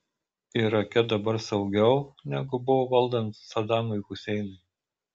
irake dabar saugiau negu buvo valdant sadamui huseinui